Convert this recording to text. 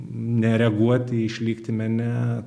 nereaguoti išlikti mene